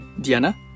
Diana